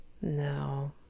No